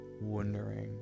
wondering